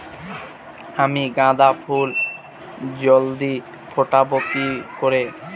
আমি গাঁদা ফুল জলদি ফোটাবো কি করে?